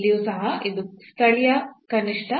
ಇಲ್ಲಿಯೂ ಸಹ ಇದು ಸ್ಥಳೀಯ ಕನಿಷ್ಠ